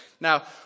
Now